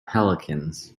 pelicans